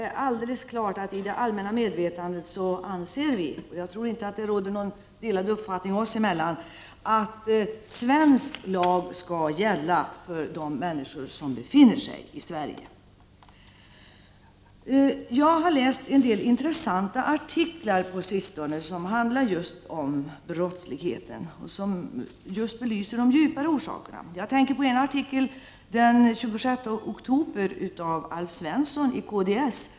I det allmänna medvetandet anser vi nog helt klart — jag tror inte att det råder någon delad uppfattning därvidlag — att svensk lag skall gälla för de människor som befinner sig i Sverige. På sista tiden har man kunnat läsa en del intressanta artiklar som har behandlat brottsligheten och belyst de djupare orsakerna. Jag tänker t.ex. på en artikel i Dagens Nyheter den 26 oktober av Alf Svensson, kds.